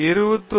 சுஜித் ஆமாம்